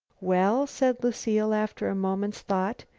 well, said lucile, after a moment's thought,